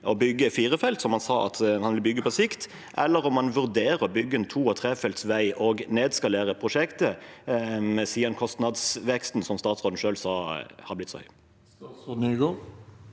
å bygge fire felt, som han sa at han vil bygge på sikt, eller om man vurderer å bygge en to- og trefeltsvei og nedskalere prosjektet siden kostnadsveksten – som statsråden selv sa – har blitt så høy. Statsråd Jon-Ivar